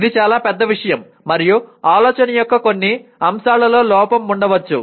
ఇది చాలా పెద్ద విషయం మరియు ఆలోచన యొక్క కొన్ని అంశాలలో లోపం ఉండవచ్చు